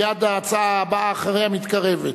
מייד ההצעה הבאה אחריה מתקרבת.